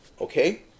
okay